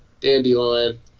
Dandelion